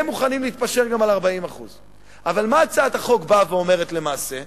נהיה מוכנים להתפשר גם על 40%. אבל מה הצעת החוק אומרת למעשה?